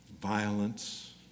violence